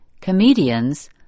comedians